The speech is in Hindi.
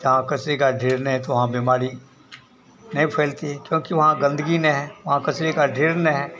जहाँ कचरे का ढेर नहीं है तो वहाँ बीमारी नहीं फैलती है क्योंकि वहाँ गंदगी न है वहाँ कचरे का ढेर न है